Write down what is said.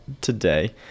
today